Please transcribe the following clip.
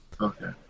Okay